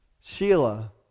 Sheila